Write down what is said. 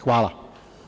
Hvala.